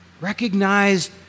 Recognize